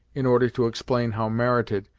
in order to explain how merited,